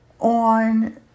on